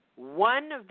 One